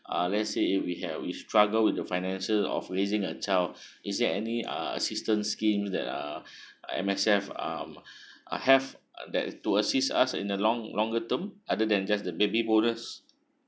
ah let's say if we have we struggle with the financial of raising a child is there any uh assistant scheme that uh M_S_F um uh have uh that to assist us in a long longer term other than just the baby bonus